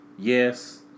Yes